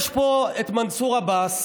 יש פה את מנסור עבאס,